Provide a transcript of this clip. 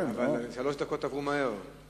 שלוש דקות עברו מהר.